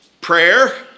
prayer